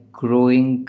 growing